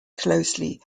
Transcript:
closely